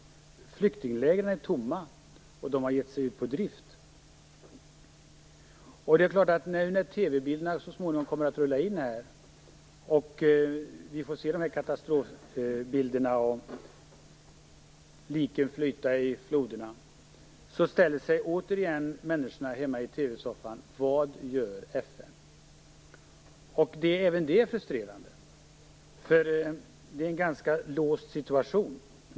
Flyktinglägren är tomma. De har gett sig ut på drift. När TV-bilderna så småningom kommer att rulla in och vi får se katastrofbilder där liken flyter i floderna kommer människorna hemma i TV-soffan återigen att ställa sig frågan: Vad gör FN? Även det är frustrerande. Det är en ganska låst situation.